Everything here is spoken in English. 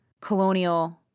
colonial